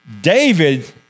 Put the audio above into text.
David